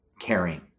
caring